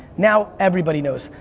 now everybody knows,